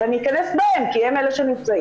אני אכנס בהם כי הם אלה שנמצאים.